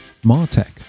Martech